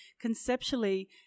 conceptually